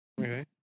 Okay